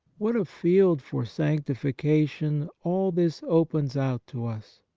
what a field for sanctification all this opens out to us!